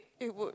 it would